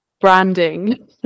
branding